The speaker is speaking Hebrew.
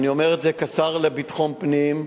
אני אומר את זה כשר לביטחון פנים,